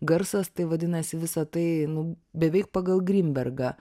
garsas tai vadinasi visa tai nu beveik pagal grimbergą